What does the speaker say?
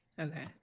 Okay